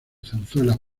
zarzuelas